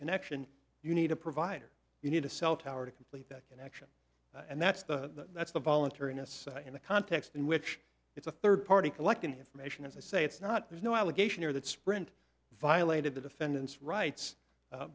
connection you need a provider you need a cell tower to complete that connection and that's the that's the voluntariness in the context in which it's a third party collecting information as i say it's not there's no allegation here that sprint violated the defendant's rights